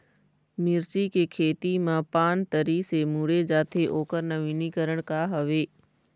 मिर्ची के खेती मा पान तरी से मुड़े जाथे ओकर नवीनीकरण का हवे?